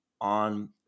on